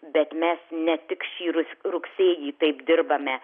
bet mes ne tik šį rugsėjį taip dirbame